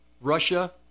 Russia